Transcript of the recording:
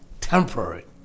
Temporary